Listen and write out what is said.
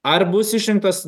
ar bus išrinktas